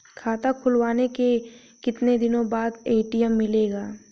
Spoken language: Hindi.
खाता खुलवाने के कितनी दिनो बाद ए.टी.एम मिलेगा?